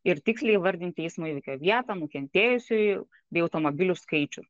ir tiksliai įvardinti eismo įvykio vietą nukentėjusiųjų bei automobilių skaičių